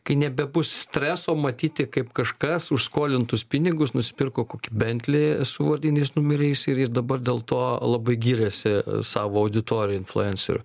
kai nebebus streso matyti kaip kažkas už skolintus pinigus nusipirko kokį bentley su vardiniais numeriais ir ir dabar dėl to labai giriasi savo auditorijoj influencerių